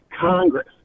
Congress